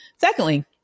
Secondly